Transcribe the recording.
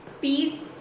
peace